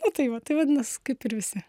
nu tai va tai vadinas kaip ir visi